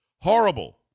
horrible